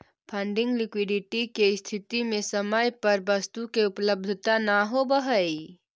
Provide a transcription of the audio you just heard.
funding liquidity के स्थिति में समय पर वस्तु के उपलब्धता न होवऽ हई